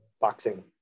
boxing